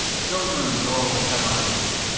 silver and gold have i none